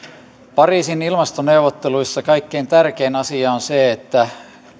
pariisin ilmastoneuvotteluissa kaikkein tärkein asia on se että